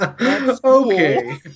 Okay